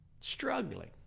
struggling